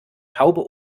taube